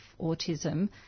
autism